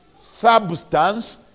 Substance